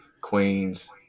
queens